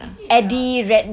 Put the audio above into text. is it the